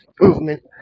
movement